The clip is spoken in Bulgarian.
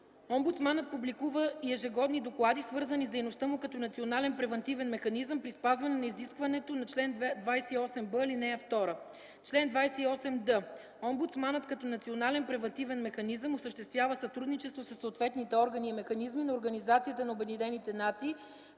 Омбудсманът публикува и ежегодни доклади, свързани с дейността му като Национален превантивен механизъм, при спазване на изискването на чл. 28б, ал. 2. Чл. 28д. Омбудсманът като Национален превантивен механизъм осъществява сътрудничество със съответните органи и механизми на Организацията на обединените нации,